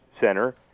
center